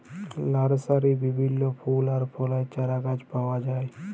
লার্সারিতে বিভিল্য ফুল আর ফলের চারাগাছ পাওয়া যায়